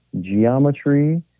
geometry